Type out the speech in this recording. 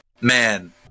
man